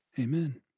Amen